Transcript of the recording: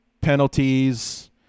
penalties